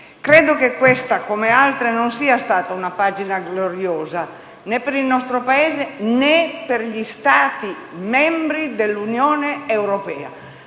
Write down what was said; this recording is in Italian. credo che questa, come altre, non sia stata una pagina gloriosa, né per il nostro Paese, né per gli Stati membri dell'Unione europea.